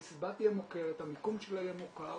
המסיבה תהיה מוכרת, המיקום שלה יהיה מוכר